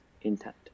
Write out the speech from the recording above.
intent